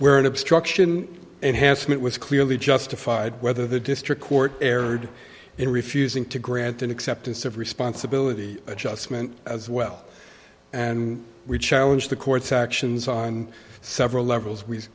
an obstruction enhancement was clearly justified whether the district court erred in refusing to grant an acceptance of responsibility adjustment as well and we challenge the court's actions on several levels we